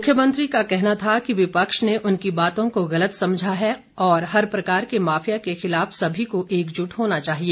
मुख्यमंत्री का कहना था कि विपक्ष ने उनकी बातों को गलत समझा है और हर प्रकार के माफिया के खिलाफ सभी को एकजुट होना चाहिए